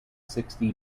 sixty